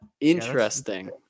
Interesting